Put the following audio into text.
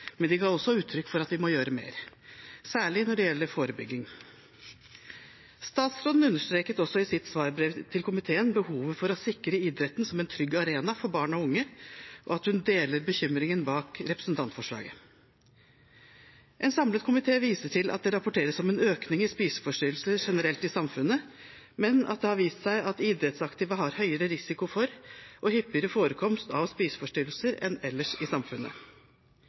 Men de ga også uttrykk for at vi må gjøre mer, særlig når det gjelder forebygging. Statsråden understreket også i sitt svarbrev til komiteen behovet for å sikre idretten som en trygg arena for barn og unge, og at hun deler bekymringen bak representantforslaget. En samlet komité viser til at det rapporteres om en økning i spiseforstyrrelser generelt i samfunnet, men at det har vist seg at idrettsaktive har høyere risiko for og hyppigere forekomst av spiseforstyrrelser enn folk ellers i samfunnet.